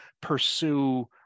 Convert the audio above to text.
pursue